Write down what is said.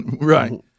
Right